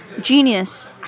genius